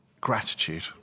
gratitude